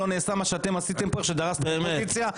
שדרסתם קואליציה.